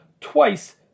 twice